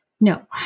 No